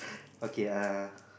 okay uh